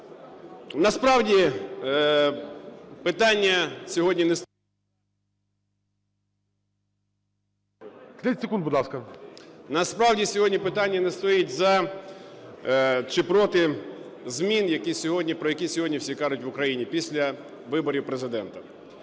Насправді сьогодні питання не стоїть за чи проти змін, про які сьогодні всі кажуть в Україні після виборів Президента.